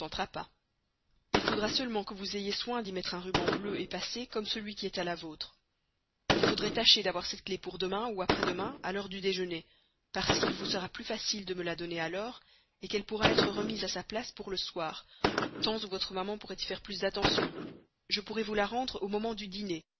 il faudra seulement que vous ayez soin d'y mettre un ruban bleu passé comme celui qui est à la vôtre il faudrait tâcher d'avoir cette clef pour demain ou après demain à l'heure du déjeuner parce qu'il vous sera plus facile de me la donner alors qu'elle pourra être remise à sa place pour le soir temps où votre maman pourrait y faire plus d'attention je pourrai vous la rendre au moment du dîner